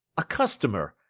a customer!